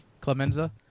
Clemenza